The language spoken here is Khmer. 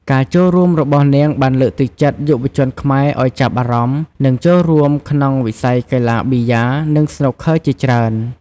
ការចូលរួមរបស់នាងបានលើកទឹកចិត្តយុវជនខ្មែរឱ្យចាប់អារម្មណ៍ និងចូលរួមក្នុងវិស័យកីឡាប៊ីយ៉ា និងស្នូកឃ័រជាច្រើន។